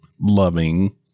loving